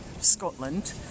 Scotland